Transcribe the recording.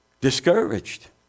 Discouraged